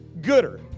gooder